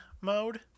mode